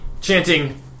chanting